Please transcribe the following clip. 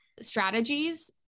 strategies